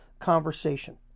conversation